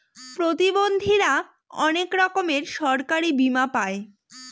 প্রতিবন্ধীরা অনেক রকমের সরকারি বীমা পাই